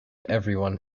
everyone